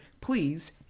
Please